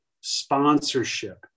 sponsorship